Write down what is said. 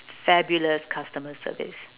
fabulous customer service